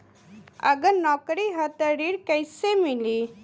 अगर नौकरी ह त ऋण कैसे मिली?